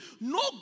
no